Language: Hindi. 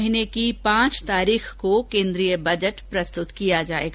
अगले महीने की पांच तारीख को केन्द्रीय बजट प्रस्तुत किया जायेगा